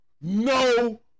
no